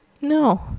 No